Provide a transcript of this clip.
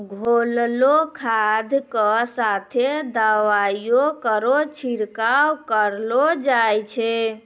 घोललो खाद क साथें दवाइयो केरो छिड़काव करलो जाय छै?